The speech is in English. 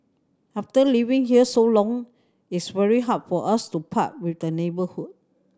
after living here so long it's very hard for us to part with the neighbourhood